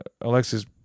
Alexis